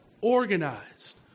organized